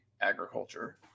agriculture